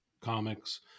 comics